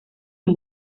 amb